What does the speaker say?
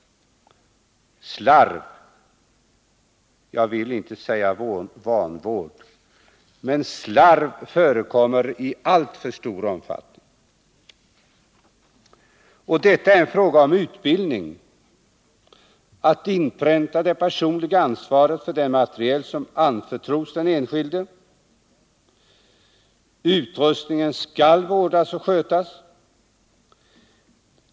Slarv — jag vill inte säga vanvård, men slarv — förekommer i alltför stor omfattning. Detta är en fråga om utbildning — att inpränta det personliga ansvaret för den materiel som anförtros den enskilde. Utrustningen skall vårdas och skötas.